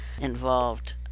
involved